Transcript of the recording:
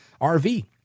RV